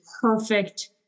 perfect